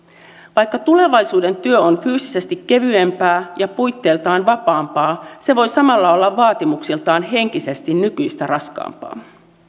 vaikka tulevaisuuden työ on fyysisesti kevyempää ja puitteiltaan vapaampaa se voi samalla olla vaatimuksiltaan henkisesti nykyistä raskaampaa